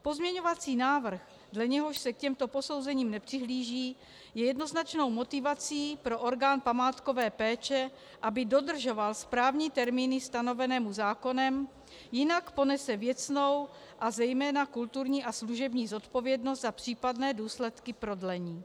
Pozměňovací návrh, dle něhož se k těmto posouzením nepřihlíží, je jednoznačnou motivací pro orgán památkové péče, aby dodržoval správní termíny stanovené mu zákonem, jinak ponese věcnou a zejména kulturní a služební zodpovědnost za případné důsledky prodlení.